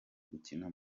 gukina